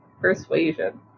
persuasion